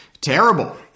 terrible